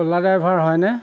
Ola driver হয়নে